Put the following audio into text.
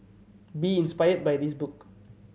be inspired by this book